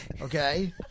okay